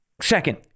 Second